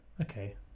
okay